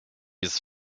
his